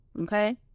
Okay